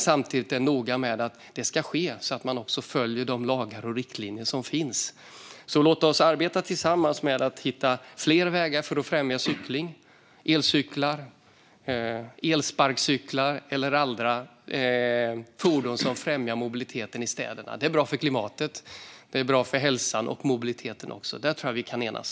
Samtidigt ska vi vara noga med att det ska ske så att man också följer de lagar och riktlinjer som finns. Låt oss arbeta tillsammans med att hitta fler vägar för att främja cyklar, elcyklar, elsparkcyklar och andra fordon som främjar mobiliteten i städerna. Det är bra för klimatet, det är bra för hälsan och det är bra även för mobiliteten. Där tror jag att vi kan enas.